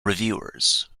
reviewers